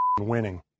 winning